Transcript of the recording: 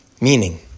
Meaning